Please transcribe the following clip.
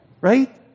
right